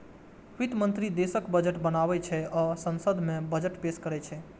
वित्त मंत्री देशक बजट बनाबै छै आ संसद मे बजट पेश करै छै